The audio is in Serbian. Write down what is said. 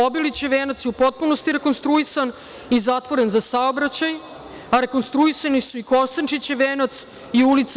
Obilićev venac je u potpunosti rekonstruisan i zatvoren za saobraćaj, a rekonstruisani su i Kosančićev venac i ul.